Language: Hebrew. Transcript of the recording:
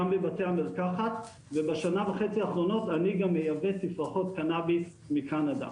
גם בבתי המרקחת ובשנה וחצי האחרונות אני גם מייבא תפרחות קנאביס מקנדה.